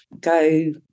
go